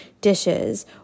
dishes